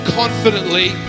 confidently